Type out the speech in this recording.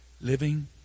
Living